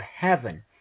heaven